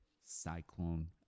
cyclone